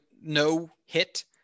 no-hit